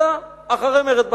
מייד אחרי מרד בר-כוכבא,